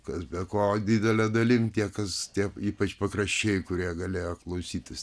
kas be ko didele dalimi tie kas tie ypač pakraščiai kurie galėjo klausytis